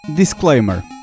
Disclaimer